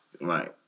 Right